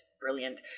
brilliant